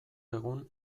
egun